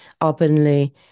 openly